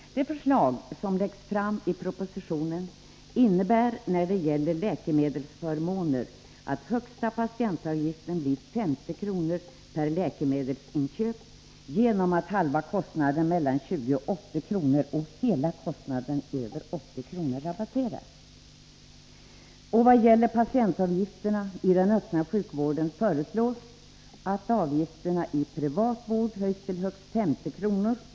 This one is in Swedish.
De förslag som läggs fram i propositionen innebär när det gäller läkemedelsförmåner att högsta patientavgiften blir 50 kr. per läkemedelsinköp genom att halva kostnaden mellan 20 och 80 kr. och hela kostnaden över 80 kr. rabatteras. Vad gäller patientavgifterna i den öppna sjukvården föreslås att avgifterna i privat vård höjs till högst 50 kr.